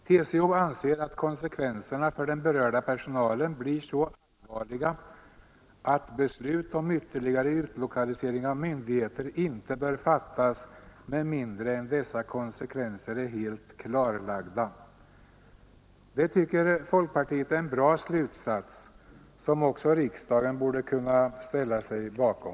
TCO anser att konsekvenserna för den berörda personalen blir så allvarliga att beslut om ytterligare utlokalisering av myndigheter inte bör fattas med mindre än att dessa konsekvenser är helt klarlagda.” Det tycker folkpartiet är en bra slutsats, som också riksdagen borde kunna ställa sig bakom.